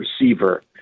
receiver